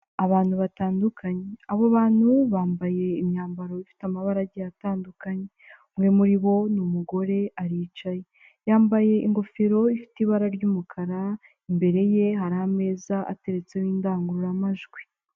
Abantu batandukanye, abo bantu bambaye imyambaro ifite amabara agiye atandukanye. Umwe muri bo ni umugore aricaye, yambaye ingofero ifite ibara ry'umukara, imbere ye hari ameza ateretseho indangururamajwi.